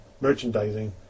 merchandising